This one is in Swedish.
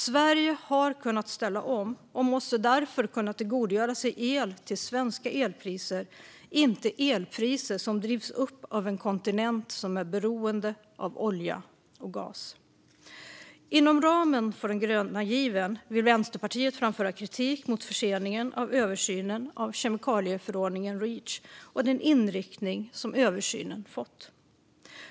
Sverige har kunnat ställa om och måste därför kunna tillgodogöra sig el till svenska elpriser, inte elpriser som drivs upp av en kontinent som är beroende av olja och gas. Inom ramen för den gröna given vill Vänsterpartiet framföra kritik mot förseningen av översynen av kemikalieförordningen Reach och den inriktning som översynen fått.